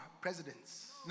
presidents